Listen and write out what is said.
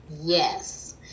yes